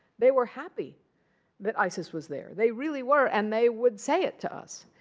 they were happy that isis was there. they really were. and they would say it to us.